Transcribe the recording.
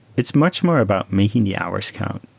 it's much more about making the hours count.